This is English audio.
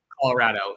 Colorado